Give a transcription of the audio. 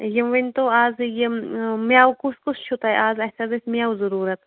یہِ ؤنۍتَو اَز یِم میٚوٕ کُس کُس چھُو تۄہہِ اَز اسہِ حظ ٲسۍ میٚوٕ ضروٗرَت